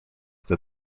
that